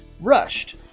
Rushed